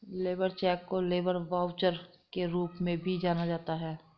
labour cheque को labour voucher के रूप में भी जाना जाता है